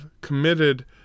committed